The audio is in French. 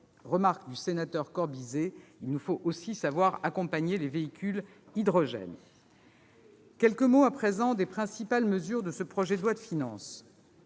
remarques du sénateur Corbisez : il nous faut aussi savoir accompagner les véhicules à l'hydrogène. Quelques mots à présent des principales mesures de ce projet de loi de finances.